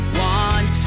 want